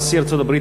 נשיא ארצות-הברית,